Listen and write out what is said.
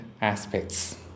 aspects